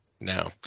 No